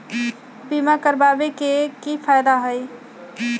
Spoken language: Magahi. बीमा करबाबे के कि कि फायदा हई?